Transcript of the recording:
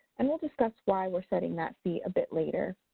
and we'll discuss why we're setting that fee a bit later.